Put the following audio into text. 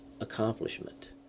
accomplishment